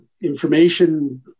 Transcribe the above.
information